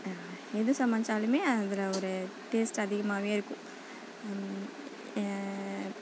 எது சமைச்சாலுமே அதில் ஒரு டேஸ்ட் அதிகமாகவே இருக்கும்